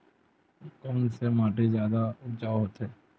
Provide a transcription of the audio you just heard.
कोन से माटी जादा उपजाऊ होथे?